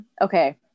Okay